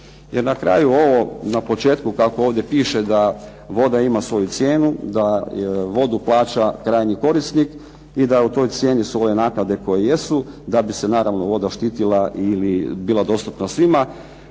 na kraju ovo, na početku kako ovdje piše da voda ima svoju cijenu, da vodu plaća krajnji korisnik i da u toj cijeni svoje naknade koji jesu da bi se naravno voda štitila ili bila dostupna svima